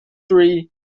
three